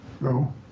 No